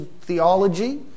theology